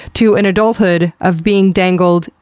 to an adulthood of being dangled,